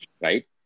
right